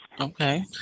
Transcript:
Okay